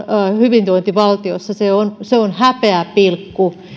hyvinvointivaltiossa häpeäpilkku